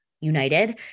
united